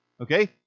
okay